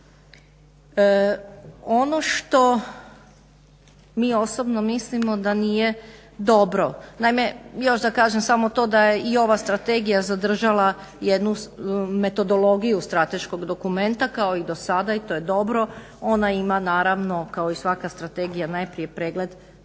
Ono što mi osobno mislimo da nije dobro, naime još da kažem samo to da je i ova strategija zadržala jednu metodologiju strateškog dokumenta kao i dosada i to je dobro. Ona ima naravno kao i svaka strategija najprije pregled postignutog